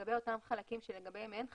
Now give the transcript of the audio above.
לגבי אותם חלקים לגביהם אין חפיפה,